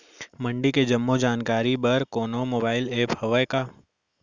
मंडी के जम्मो जानकारी बर कोनो मोबाइल ऐप्प हवय का?